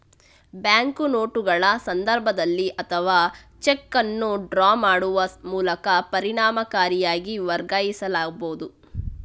bank ನೋಟುಗಳ ಸಂದರ್ಭದಲ್ಲಿ ಅಥವಾ ಚೆಕ್ ಅನ್ನು ಡ್ರಾ ಮಾಡುವ ಮೂಲಕ ಪರಿಣಾಮಕಾರಿಯಾಗಿ ವರ್ಗಾಯಿಸಬಹುದು